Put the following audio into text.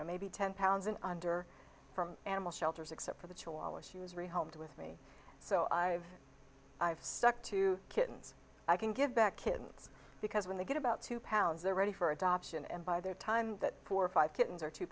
know maybe ten pounds and under from animal shelters except for the chihuahua she was resolved with me so i've stuck to kittens i can give back kittens because when they get about two pounds they're ready for adoption and by the time that poor five kittens are two